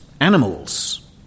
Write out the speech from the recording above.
animals